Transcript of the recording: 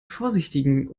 vorsichtigen